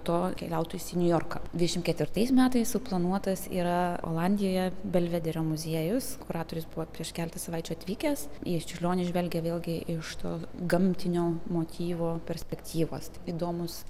to keliautų jis į niujorką dvidešim ketvirtais metais suplanuotas yra olandijoje belvederio muziejaus kuratorius buvo prieš keletą savaičių atvykęs į čiurlionį žvelgė vėlgi iš to gamtinio motyvo perspektyvos įdomūs